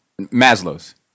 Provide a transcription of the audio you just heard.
Maslow's